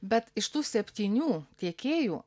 bet iš tų septynių tiekėjų